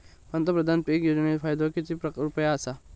पंतप्रधान पीक योजनेचो फायदो किती रुपये आसा?